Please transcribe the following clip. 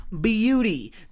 Beauty